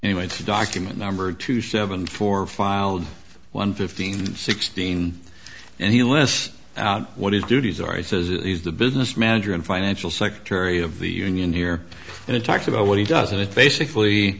anyway to document number two seven four filed one fifteen sixteen and he less out what his duties are he says it is the business manager and financial secretary of the union here and it talks about what he does and it basically